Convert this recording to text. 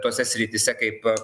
tose srityse kaip